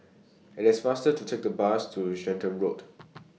IT IS faster to Take The Bus to Stratton Road